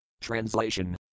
Translation